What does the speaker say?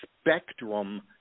Spectrum